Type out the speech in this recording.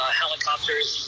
helicopters